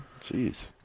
Jeez